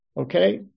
okay